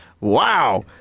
wow